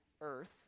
earth